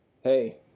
hey